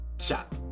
shot